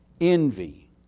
envy